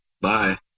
Bye